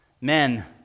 men